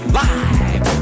live